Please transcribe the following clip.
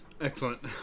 Excellent